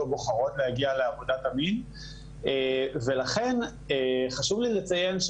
או בוחרות להגיע לעבודת המין ולכן חשוב לי לציין,